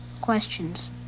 questions